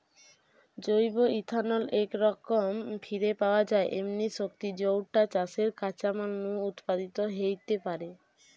জৈব ইথানল একরকম ফিরে পাওয়া যায় এমনি শক্তি যৌটা চাষের কাঁচামাল নু উৎপাদিত হেইতে পারে